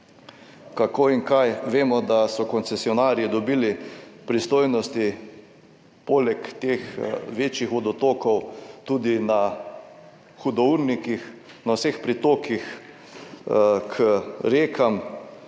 Kako in kaj? Vemo, da so koncesionarji dobili pristojnosti, poleg teh večjih vodotokov tudi na hudournikih, na vseh pritokih k rekam.